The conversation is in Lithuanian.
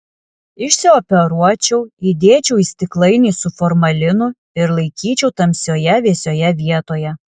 išsioperuočiau įdėčiau į stiklainį su formalinu ir laikyčiau tamsioje vėsioje vietoje